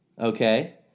okay